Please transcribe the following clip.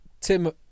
Tim